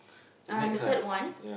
uh the third one